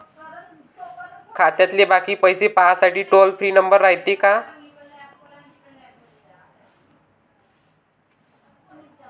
खात्यातले बाकी पैसे पाहासाठी टोल फ्री नंबर रायते का?